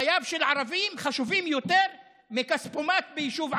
חייו של ערבי חשובים יותר מכספומט ביישוב ערבי.